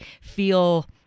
feel